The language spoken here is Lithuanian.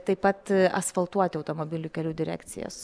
taip pat asfaltuoti automobilių kelių direkcijos